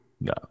No